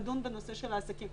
לדון בנושא של העסקים.